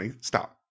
stop